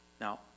Now